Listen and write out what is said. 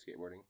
skateboarding